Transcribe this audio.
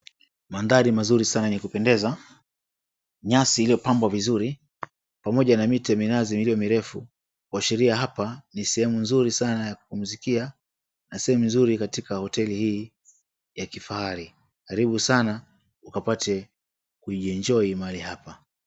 Mandhari mazuri sana ya kupendeza nyasi iliopambwa vizuri, pamoja na miti ya minazi iliyo mirefu kuashiria hapa ni sehemu mzuri sana ya kupumzikia na sehemu nzuri katika hoteli hii ya kifahari. Karibu sana ukapate kujienjoy mahali hapa.